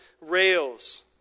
rails